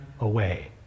away